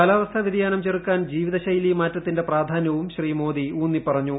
കാലാവസ്ഥ വ്യതിയാനം ചെറുക്കാൻ ജീവിതശൈലി മാറ്റത്തിന്റെ പ്രാധാന്യവും ശ്രീ മോദി ഊന്നിപ്പറഞ്ഞു